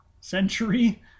century